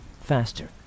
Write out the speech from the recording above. faster